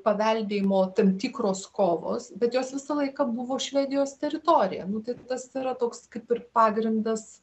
paveldėjimo tam tikros kovos bet jos visą laiką buvo švedijos teritorija nu tai tas yra toks kaip ir pagrindas